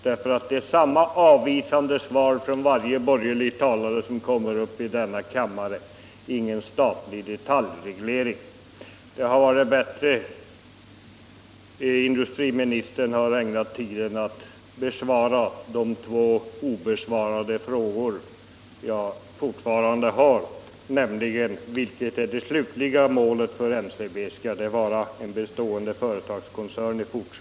Det är nämligen samma avvisande svar från varje borgerlig talare i denna kammare: ingen statlig detaljreglering. Det hade varit bättre om industriministern hade ägnat tiden åt att svara på de två frågor som jag har ställt och som fortfarande är obesvarade: Vilket är det slutliga målet för NCB - skall det vara en bestående företagskoncern?